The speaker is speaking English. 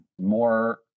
more